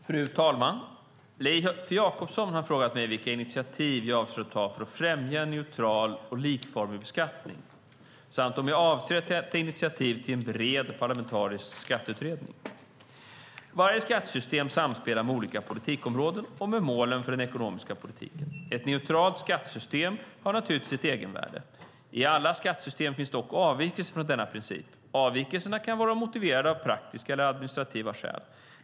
Fru talman! Leif Jakobsson har frågat mig vilka initiativ jag avser att ta för att främja en neutral och likformig beskattning samt om jag avser att ta initiativ till en bred parlamentarisk skatteutredning. Varje skattesystem samspelar med olika politikområden och med målen för den ekonomiska politiken. Ett neutralt skattesystem har naturligtvis ett egenvärde. I alla skattesystem finns dock avvikelser från denna princip. Avvikelserna kan vara motiverade av praktiska eller administrativa skäl.